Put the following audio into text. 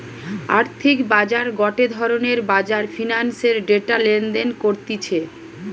আর্থিক বাজার গটে ধরণের বাজার ফিন্যান্সের ডেটা লেনদেন করতিছে